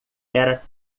era